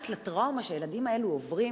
פרט לטראומה שהילדים האלה עוברים,